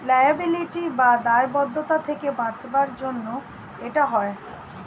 liability বা দায়বদ্ধতা থেকে বাঁচাবার জন্য এটা হয়